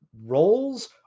roles